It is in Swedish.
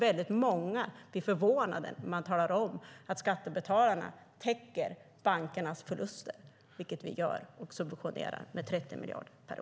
Väldigt många blir förvånade när man talar om att skattebetalarna täcker bankernas förluster, vilket vi gör, när vi subventionerar med 30 miljarder per år.